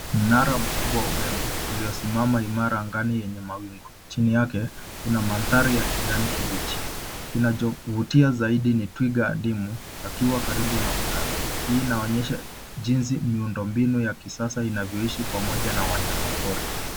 Mnara mkubwa wa umeme uliosimama imara angani yenye mawingu. Chini yake kuna mandhari ya kijani kibichi. Kinachovutia zaidi ni twiga adimu akiwa karibu na mnara. Hii inaonyesha jinsi miundombinu ya kisasa inavyoishi pamoja na wanyamapori.